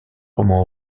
roman